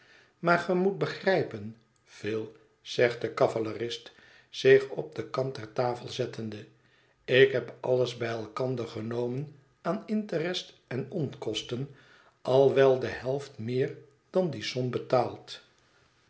maar ge moet begrijpen phil zegt de cavalerist zich op den kant der tafel zettende ik heb alles bij elkander genomen aan interest en onkosten al wel de helft meer dan die som betaald